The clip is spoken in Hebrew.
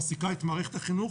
מעסיקה את מערכת החינוך.